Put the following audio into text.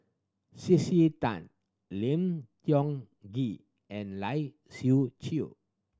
C C Tan Tiong Ghee and Lai Siu Chiu